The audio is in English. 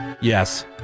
Yes